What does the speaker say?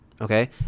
okay